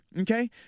okay